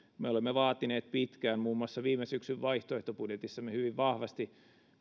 me olemme vaatineet pitkään muun muassa viime syksyn vaihtoehtobudjetissamme hyvin vahvasti